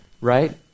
right